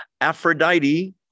Aphrodite